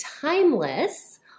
timeless